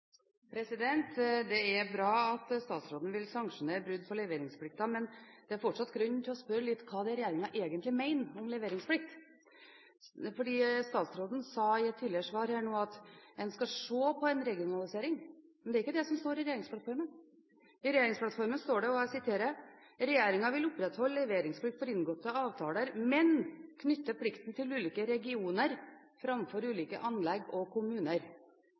bra at statsråden vil sanksjonere brudd på leveringsplikta, men det er fortsatt grunn til å spørre hva regjeringen egentlig mener om leveringsplikt, for statsråden sa i et tidligere svar her nå at en skal se på en regionalisering. Men det er ikke det som står i regjeringsplattformen. I regjeringsplattformen står det – og jeg siterer: «Regjeringen vil opprettholde leveringsplikten for inngåtte avtaler, men knytte plikten til ulike regioner fremfor det enkelte anlegg og kommuner.»